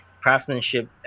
craftsmanship